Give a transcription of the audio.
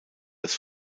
das